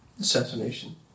Assassination